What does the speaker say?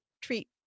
treat